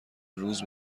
روز